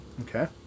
Okay